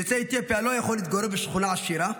יוצא אתיופיה לא יכול להתגורר בשכונה עשירה?